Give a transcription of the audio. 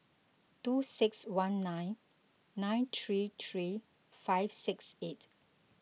two six one nine nine three three five six eight